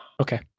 Okay